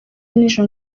nijoro